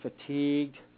fatigued